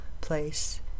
place